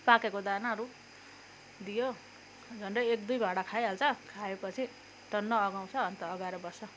पाकेको दानाहरू दियो झन्डै एक दुई भाँडा खाइहाल्छ खाएपछि टन्न अघाउँछ अन्त अघाएर बस्छ